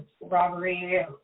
robbery